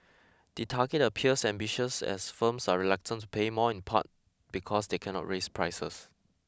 the target appears ambitious as firms are reluctant to pay more in part because they cannot raise prices